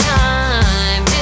time